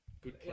Good